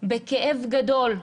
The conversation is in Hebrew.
בכאב גדול,